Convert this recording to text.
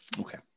Okay